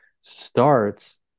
starts